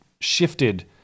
shifted